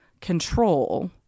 control